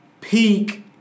peak